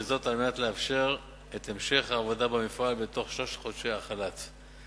ועל מנת לאפשר את המשך העבודה במפעל בתום שלושת חודשי החל"ת.